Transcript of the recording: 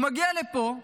הוא מגיע לפה,